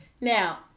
Now